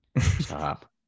Stop